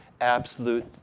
absolute